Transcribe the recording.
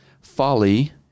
folly